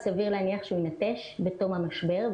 אז סביר להניח שהוא יינטש בתור המשבר,